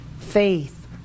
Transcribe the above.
faith